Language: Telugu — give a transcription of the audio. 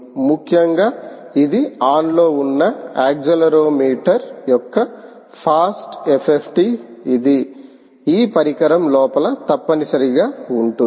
ముఖ్యంగాఇది ఆన్లో ఉన్న యాక్సిలెరోమీటర్ యొక్క ఫాస్ట్ ఎఫ్ఎఫ్టి ఇది ఈ పరికరం లోపల తప్పనిసరిగా ఉంటుంది